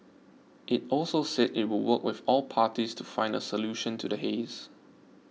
it also said it would work with all parties to find a solution to the haze